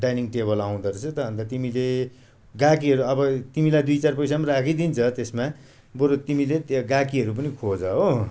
dining table आउँदोरहेछ त अन्त तिमीले ग्राहकीहरू अब तिमीलाई दुई चार पैसा पनि राखिदिन्छ त्यसमा बरू तिमीले त्यहाँ ग्राहकीहरू पनि खोज हो